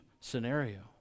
scenario